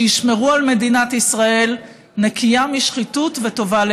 שישמרו על מדינת ישראל נקייה משחיתות וטובה לאזרחיה.